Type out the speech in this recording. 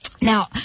Now